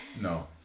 No